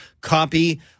copy